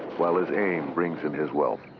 while his aim brings him his wealth.